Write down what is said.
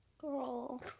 Girl